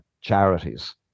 charities